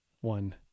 one